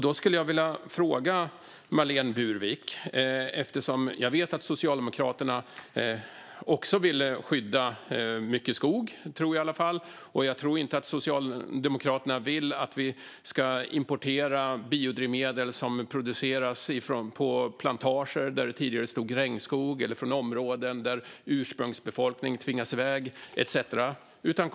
Då skulle jag vilja ställa en fråga till Marlene Burwick. Jag vet att Socialdemokraterna också vill skydda mycket skog - det tror jag i alla fall. Och jag tror inte att Socialdemokraterna vill att vi ska importera biodrivmedel som produceras på plantager där det tidigare stod regnskog eller från områden där ursprungsbefolkning tvingas iväg etcetera.